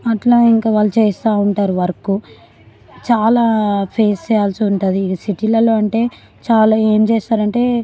అట్లా ఇంకా వాళ్ళు చేస్తూ ఉంటారు వర్క్ చాలా ఫేస్ చేయాల్సి ఉంటుంది సిటీలలో అంటే చాలా ఏం చేస్తారంటే